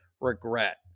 regret